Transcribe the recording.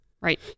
Right